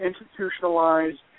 institutionalized